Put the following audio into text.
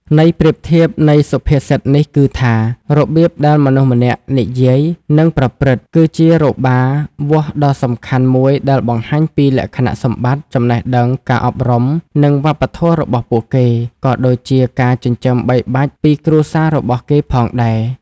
ន័យប្រៀបធៀបនៃសុភាសិតនេះគឺថា របៀបដែលមនុស្សម្នាក់និយាយ និងប្រព្រឹត្ត គឺជារបារវាស់ដ៏សំខាន់មួយដែលបង្ហាញពីលក្ខណៈសម្បត្តិ ចំណេះដឹង ការអប់រំ និងវប្បធម៌របស់ពួកគេ ក៏ដូចជាការចិញ្ចឹមបីបាច់ពីគ្រួសាររបស់គេផងដែរ។